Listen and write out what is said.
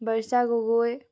Barsha Gogoi